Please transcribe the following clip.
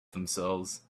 themselves